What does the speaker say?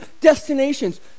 destinations